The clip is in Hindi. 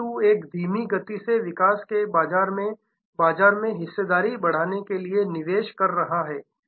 एम 2 एक धीमी गति से विकास के बाजार में बाजार में हिस्सेदारी बढ़ाने के लिए निवेश कर रहा है